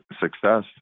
success